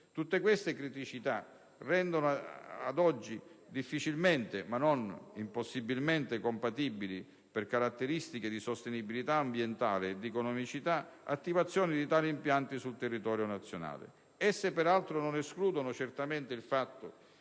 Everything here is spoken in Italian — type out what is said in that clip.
Tutte queste criticità rendono ad oggi difficilmente compatibili (ma non impossibili), per caratteristiche di sostenibilità ambientale e di economicità, attivazioni di tali impianti sul territorio nazionale. Esse, per altro, non escludono certamente il fatto